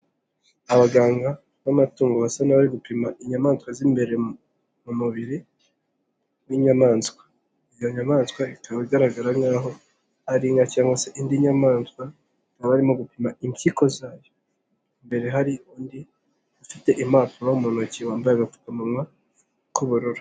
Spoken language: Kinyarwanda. Abaganga b'amatungo basa n'abari gupima inyamaswa z'imbere mu mubiri w'inyamaswa, iyo nyamaswa ikaba igaragara nkaho ari inka cyangwa se indi nyamaswa n'abarimo gupima impyiko zayo, imbere hari undi ufite impapuro mu ntoki wambaye agapfukamunwa k'ubururu.